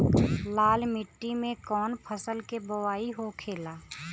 लाल मिट्टी में कौन फसल के बोवाई होखेला?